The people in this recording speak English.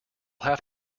have